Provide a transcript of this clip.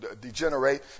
degenerate